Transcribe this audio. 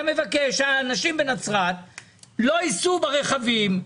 אתה מבקש שהאנשים מנצרת לא ייסעו ברכבים,